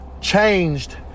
changed